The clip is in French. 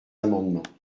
amendements